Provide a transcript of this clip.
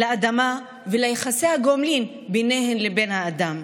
לאדמה וליחסי הגומלין ביניהם לבין האדם.